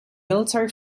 military